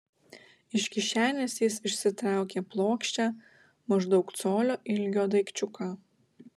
iš kišenės jis išsitraukė plokščią maždaug colio ilgio daikčiuką